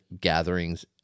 gatherings